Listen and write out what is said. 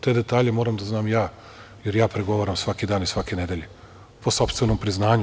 Te detalje moram da znam ja, jer ja pregovaram svaki dan i svake nedelje po sopstvenom priznanju.